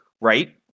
right